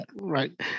Right